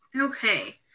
Okay